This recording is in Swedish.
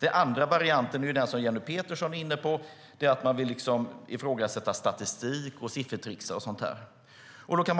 Den andra varianten är den som Jenny Petersson är inne på. Det är att man vill ifrågasätta statistik och siffertricksar. Om